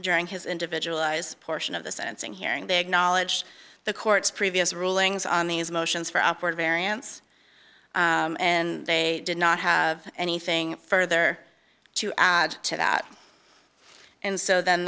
during his individualized portion of the sentencing hearing they acknowledged the court's previous rulings on these motions for upward variance and they did not have anything further to add to that and so then